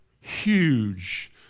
huge